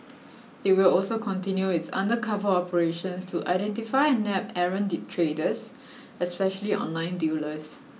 it will also continue its undercover operations to identify and nab errant traders especially online dealers